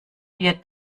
wir